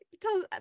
Tell